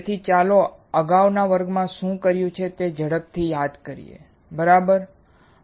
તેથી ચાલો આપણે અગાઉના વર્ગોમાં શું કર્યું છે તે ઝડપથી યાદ કરીએ બરાબર